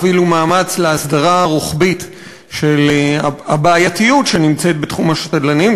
הובילה מאמץ להסדרה רוחבית של הבעייתיות שבתחום השדלנים.